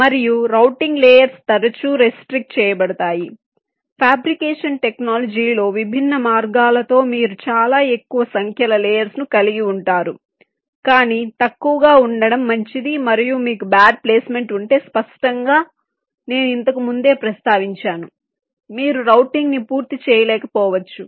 మరియు routing layers తరచూ restrict చేయబడతాయి ఫాబ్రికేషన్ టెక్నాలజీలో విభిన్న మార్గాలతో మీరు చాలా ఎక్కువ సంఖ్యల లేయర్స్ ను కలిగి ఉంటారు కానీ తక్కువగా ఉండడం మంచిది మరియు మీకు బ్యాడ్ ప్లేస్మెంట్ ఉంటే స్పష్టంగా నేను ఇంతకు ముందే ప్రస్తావించాను మీరు రౌటింగ్ను పూర్తి చేయలేకపోవచ్చు